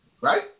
Right